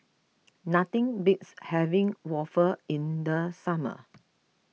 nothing beats having Waffle in the summer